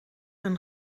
een